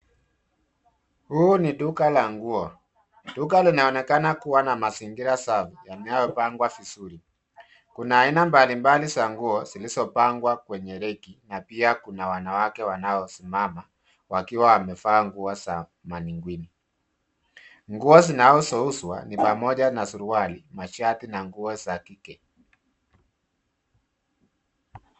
Huu ni duka la nguo. Duka linaonekana kuwa na mazingira safi yanayopangwa vizuri. Kuna aina mbalimbali za nguo zilizopangwa kwenye reki na pia kuna wanawake wanao simama wakiwa wamevaa nguo za maningwini. Nguo zinazouzwa ni pamoja na suruali, mashati na nguo za kike.